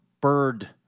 bird